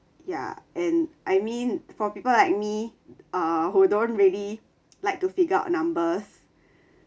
ya and I mean for people like me err who don't really like to figure out numbers